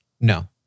No